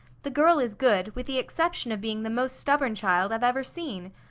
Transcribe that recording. the girl is good, with the exception of being the most stubborn child i've ever seen.